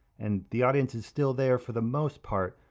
and the audience is still there for the most part,